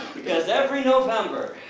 because every november,